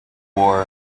war